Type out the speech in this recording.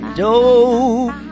dope